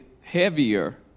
heavier